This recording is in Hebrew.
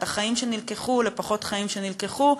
את החיים שנלקחו לפחות חיים שנלקחו,